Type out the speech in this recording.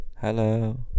Hello